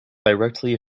directly